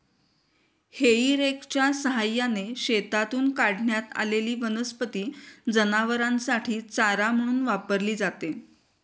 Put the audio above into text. हेई रेकच्या सहाय्याने शेतातून काढण्यात आलेली वनस्पती जनावरांसाठी चारा म्हणून वापरली जाते